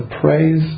praise